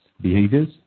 behaviors